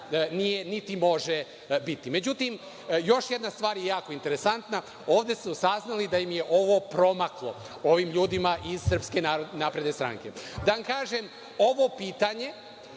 niti može biti.Međutim, još jedna stvar je jako interesantna, ovde su saznali da im je ovo promaklo. Ovim ljudima iz SNS. Da vam kažem, ovo pitanje